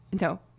no